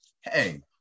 Hey